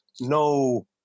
no